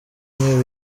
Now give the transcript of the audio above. bimwe